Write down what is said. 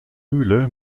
mühle